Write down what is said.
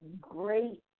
great